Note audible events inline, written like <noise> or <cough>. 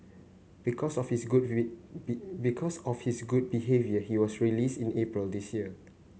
because of his good <unintelligible> because of his good behaviour he was released in April this year